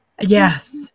Yes